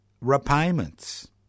repayments